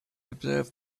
observe